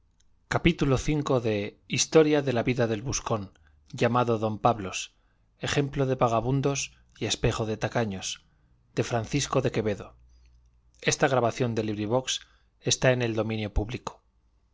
gutenberg ebook historia historia de la vida del buscón llamado don pablos ejemplo de vagamundos y espejo de tacaños de francisco de quevedo y villegas libro primero capítulo i en que